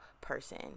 person